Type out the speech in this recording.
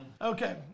Okay